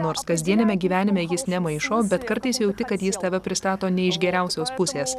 nors kasdieniame gyvenime jis nemaišo bet kartais jauti kad jis tave pristato ne iš geriausios pusės